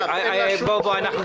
כפי שאתה